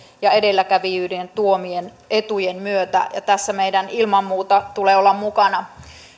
ja edelläkävijyyden tuomien etujen myötä tässä meidän ilman muuta tulee olla mukana